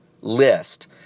list